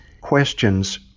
questions